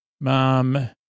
Mom